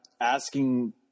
asking